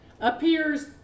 appears